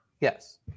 Yes